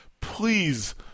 please